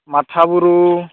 ᱢᱟᱴᱷᱟ ᱵᱩᱨᱩ